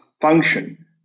function